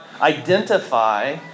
identify